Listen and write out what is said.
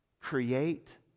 create